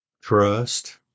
trust